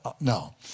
No